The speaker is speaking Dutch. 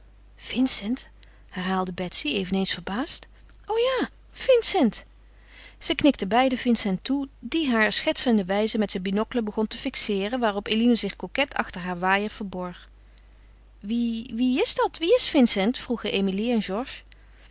vincent herhaalde betsy eveneens verbaasd o ja vincent zij knikten beiden vincent toe die haar schertsenderwijze met zijn binocle begon te fixeeren waarop eline zich coquet achter haar waaier verborg wie wie is dat wie is vincent vroegen emilie en